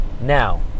Now